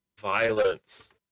Violence